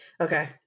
okay